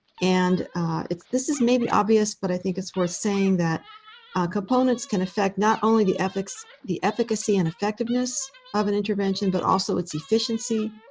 and this is maybe obvious, but i think it's worth saying that components can affect not only the efficacy the efficacy and effectiveness of an intervention, but also its efficiency,